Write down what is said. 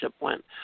went